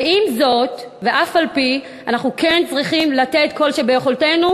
עם זאת ואף-על-פי-כן אנחנו כן צריכים לתת כל שביכולתנו,